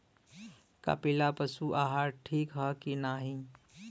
कपिला पशु आहार ठीक ह कि नाही?